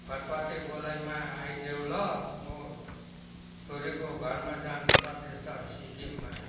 फतफते गोलाइमा आइदेऊ ल म छोरीको घरमा जानु पर्नेछ सिक्किममा